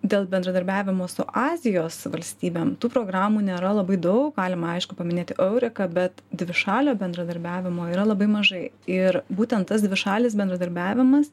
dėl bendradarbiavimo su azijos valstybėm tų programų nėra labai daug galima aišku paminėti eureka bet dvišalio bendradarbiavimo yra labai mažai ir būtent tas dvišalis bendradarbiavimas